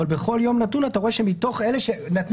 אבל בכל יום נתון אתה רואה שמתוך אלה שנתנו